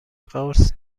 قرص